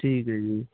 ਠੀਕ ਹੈ ਜੀ